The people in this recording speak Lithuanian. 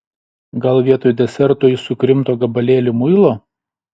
gal vietoj deserto jis sukrimto gabalėlį muilo